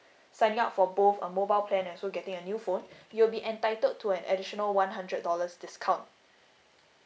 signing up for both uh mobile plan and also getting a new phone you will be entitled to an additional one hundred dollars discount